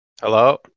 Hello